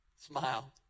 Smile